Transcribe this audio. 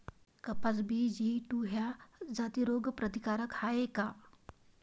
कपास BG two ह्या जाती रोग प्रतिकारक हाये का?